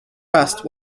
rest